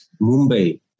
Mumbai